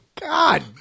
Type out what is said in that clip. God